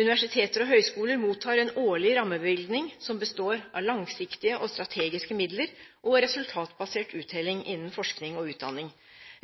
Universiteter og høyskoler mottar en årlig rammebevilgning som består av langsiktige og strategiske midler og resultatbasert uttelling innen forskning og utdanning.